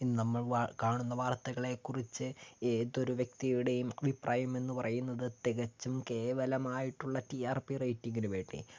ഇന്ന് നമ്മൾ വാ കാണുന്ന വാർത്തകളെക്കുറിച്ച് ഏതൊരു വ്യക്തിയുടേയും അഭിപ്രായം എന്നു പറയുന്നത് തികച്ചും കേവലമായിട്ടുള്ള ടി ആർ പി റേറ്റിംങിനു വേണ്ടി